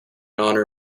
honor